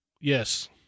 Yes